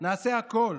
נעשה הכול